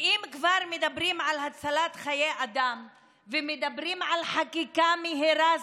ואם כבר מדברים על הצלת חיי אדם ומדברים על חקיקה מהירה,